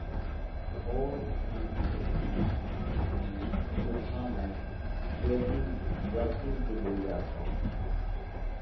اور ان سے ہی پہن کے صبح میں جوگنگ ورکنگ کے لیے جاتا ہوں